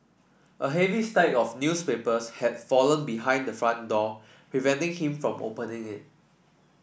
a heavy stack of newspapers had fallen behind the front door preventing him from opening it